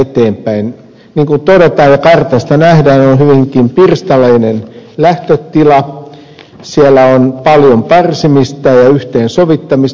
niin kuin todetaan ja kartasta nähdään on hyvinkin pirstaleinen lähtötila siellä on paljon parsimista ja yhteensovittamista